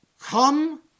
come